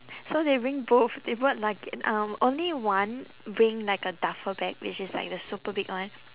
so they bring both they brought lugga~ um only one bring like a duffel bag which is like the super big one